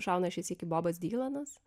šauna šį sykį bobas dylanas